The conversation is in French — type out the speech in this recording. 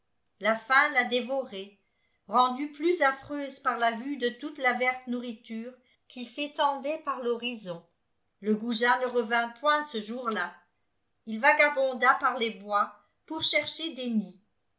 la faim la dévorait rendue plus affreuse par la vue de toute la verte nourriture qui s'étendait par l'horizon le goujat ne revint point ce jour-là ii vagabonda par les bois pour chercher des nids